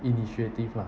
initiative lah